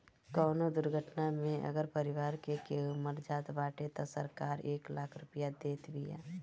कवनो दुर्घटना में अगर परिवार के केहू मर जात बाटे तअ सरकार एक लाख रुपिया देत बिया